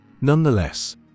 Nonetheless